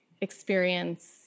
experience